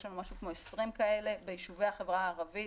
יש לנו משהו כמו 20 כאלה ביישובי החברה הערבית.